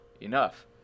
enough